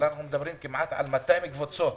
על כמעט 200 קבוצות